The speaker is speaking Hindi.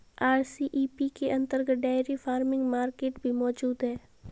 आर.सी.ई.पी के अंतर्गत डेयरी फार्मिंग मार्केट भी मौजूद है